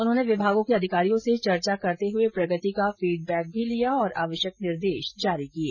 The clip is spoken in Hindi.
उन्होंने विभागों के अधिकारियों से चर्चा करते हुए प्रगति का फीडबैक भी लिया और आवश्यक निर्देश जारी किये